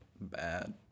bad